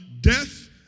death